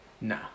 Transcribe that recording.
Nah